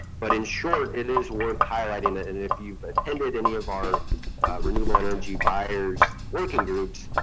but in short, it is worth highlighting it. and if you've attended any of our renewable energy buyers working groups,